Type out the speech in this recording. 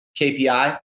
KPI